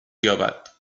یابد